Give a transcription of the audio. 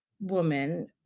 woman